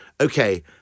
okay